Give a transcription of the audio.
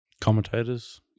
Commentators